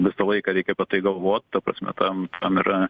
visą laiką reikia apie tai galvot ta prasme tam tam yra